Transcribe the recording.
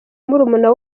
murumuna